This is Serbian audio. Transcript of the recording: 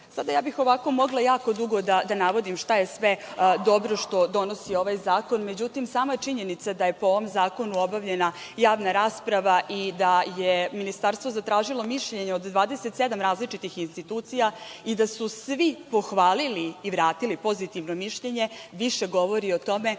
bih mogla jako dugo da navodim šta je sve dobro što donosi ovaj zakon, međutim sama činjenica je po ovom zakonu obavljena javna rasprava i da je ministarstvo zatražilo mišljenje od 27 različitih institucija i da su svi pohvalili i vratili pozitivno mišljenje, više govori o tome